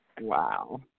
Wow